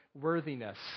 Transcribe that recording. worthiness